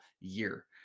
year